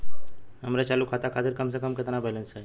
हमरे चालू खाता खातिर कम से कम केतना बैलैंस चाही?